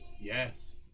Yes